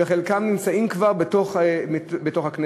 וחלקם נמצאים כבר בתוך הכנסת,